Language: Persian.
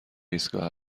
ایستگاه